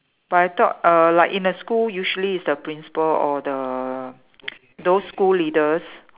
but I thought err like in a school usually is the principal or the those school leaders